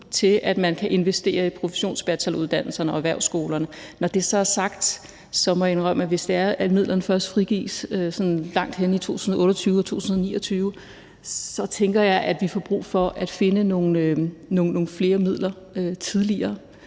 til, at man kan investere i professionsbacheloruddannelserne og erhvervsskolerne. Når det så er sagt, må jeg indrømme, at hvis midlerne først frigives langt henne i 2028 og 2029, tænker jeg, at vi får brug for at finde nogle flere midler tidligere.